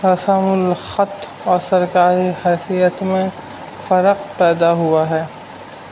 رس م الخط اور سرکاری حیثیت میں فرق پیدا ہوا ہے